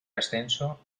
ascenso